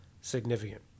significant